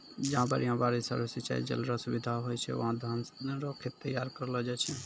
जहां बढ़िया बारिश आरू सिंचाई जल रो सुविधा होय छै वहां धान रो खेत तैयार करलो जाय छै